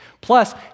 Plus